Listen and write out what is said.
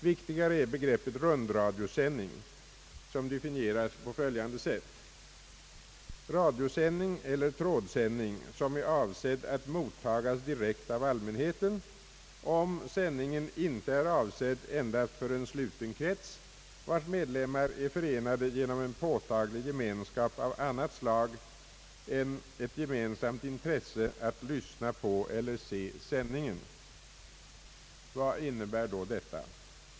Viktigare är begreppet rundradiosändning, som definieras på följande sätt: »Radiosändning eller trådsändning som är avsedd att mottagas direkt av allmänheten, om sändningen icke är avsedd endast för en sluten krets, vars medlemmar äro förenade genom en påtaglig gemenskap av annat slag än ett gemensamt intresse att lyssna på eller se sändningen.» Vad innebär då detta?